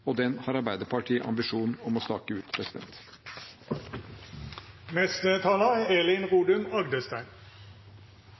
og den har Arbeiderpartiet ambisjon om å stake ut.